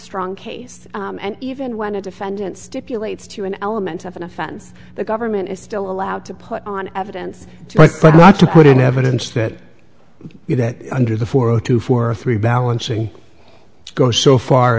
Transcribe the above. strong case and even when a defendant stipulates to an element of an offense the government is still allowed to put on evidence but not to put in evidence that you that under the four zero two four three balancing go so far